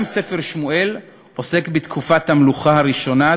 גם ספר שמואל עוסק בתקופת המלוכה הראשונה,